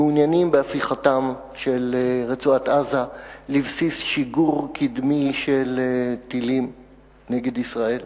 מעוניינים בהפיכתה של רצועת-עזה לבסיס שיגור קדמי של טילים נגד ישראל.